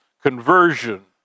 conversion